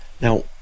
now